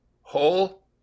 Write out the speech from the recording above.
whole